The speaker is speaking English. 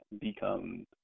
become